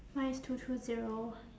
mine is two two zero